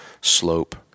slope